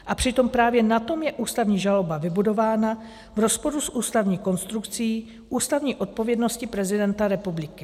A přitom právě na tom je ústavní žaloba vybudována v rozporu s ústavní konstrukcí, ústavní odpovědností prezidenta republiky.